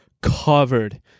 covered